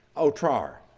otrar.